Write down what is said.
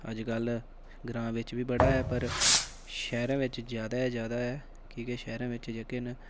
अज्जकल ग्रांऽ बिच भी बड़ा ऐ पर शैह्रें बिच जादा जादा ऐ की के शैह्रें बिच जेह्के न